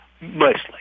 mostly